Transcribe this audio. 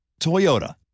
Toyota